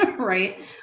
right